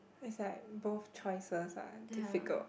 is like both choices are difficult